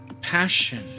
passion